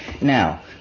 Now